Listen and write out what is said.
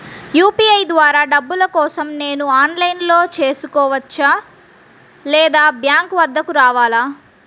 UPI ద్వారా డబ్బులు కోసం నేను ఆన్లైన్లో చేసుకోవచ్చా? లేదా బ్యాంక్ వద్దకు రావాలా?